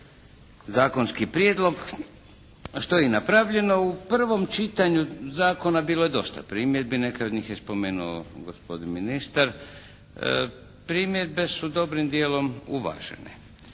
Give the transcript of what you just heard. zakonski prijedlog što je i napravljeno. U prvom čitanju zakona bilo je dosta primjedbi, neke je i spomenuo gospodin ministar. Primjedbe su dobrim dijelom uvažene.